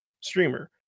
streamer